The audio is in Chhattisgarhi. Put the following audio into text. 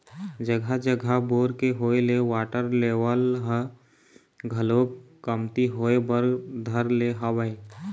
जघा जघा बोर के होय ले वाटर लेवल ह घलोक कमती होय बर धर ले हवय